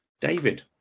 David